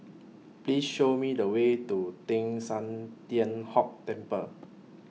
Please Show Me The Way to Teng San Tian Hock Temple